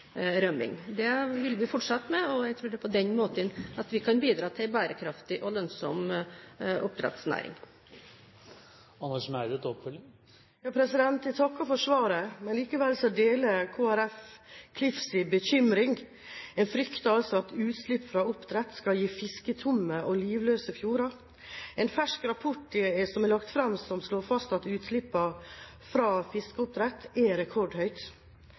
fortsette med, og jeg tror at det er på den måten vi kan bidra til en bærekraftig og lønnsom oppdrettsnæring. Jeg takker for svaret. Likevel deler Kristelig Folkeparti Klifs bekymring. En frykter altså at utslipp fra oppdrett skal gi fisketomme og livløse fjorder. En fersk rapport som er lagt fram, slår fast at utslippene fra fiskeoppdrett er